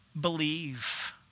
believe